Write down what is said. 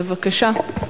בבקשה.